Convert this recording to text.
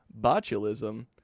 botulism